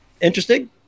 interesting